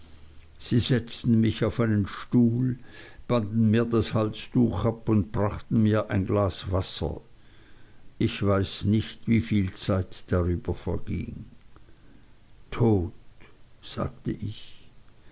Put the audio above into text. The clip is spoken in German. sie setzten mich auf einen stuhl banden mir das halstuch ab und brachten mir ein glas wasser ich weiß nicht wieviel zeit darüber verging tot sagte ich